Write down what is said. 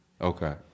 Okay